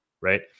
right